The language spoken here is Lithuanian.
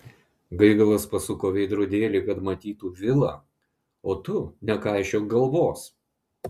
gaigalas pasuko veidrodėlį kad matytų vilą o tu nekaišiok galvos